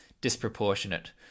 disproportionate